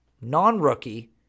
non-rookie